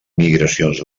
migracions